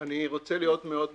אני רוצה להיות מאוד ממוקד.